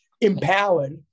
empowered